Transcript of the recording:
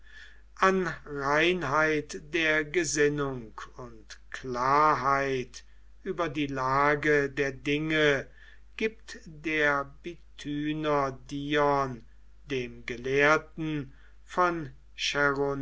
an reinheit der gesinnung und klarheit über die lage der dinge gibt der bithyner dion dem gelehrten von